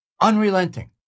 unrelenting